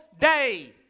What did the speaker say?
day